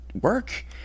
work